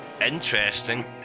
interesting